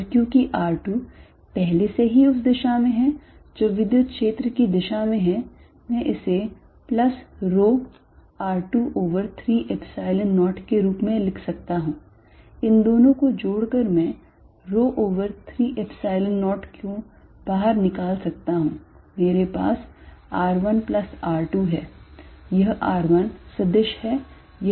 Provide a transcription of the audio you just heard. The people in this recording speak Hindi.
और क्योंकि r2 पहले से ही उस दिशा में है जो विद्युत क्षेत्र की दिशा में है मैं इसे plus rho r2 over 3 Epsilon 0 के रूप में लिख सकता हूं इन दोनों को जोड कर मैं rho over 3 Epsilon 0 को बाहर निकाल सकता हूं मेरे पास r1 plus r2 है यह r1 सदिश है यह r2 सदिश है